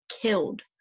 killed